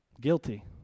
Guilty